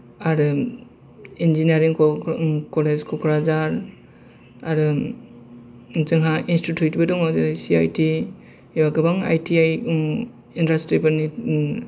आरो इन्जिनियारिंबो ओ कलेज कक्राझार आरो जोंहा इन्सतितिउतबो दङ जेरै सि आइ ति गोबां आइ ति आइ इन्दासत्रिफोरनि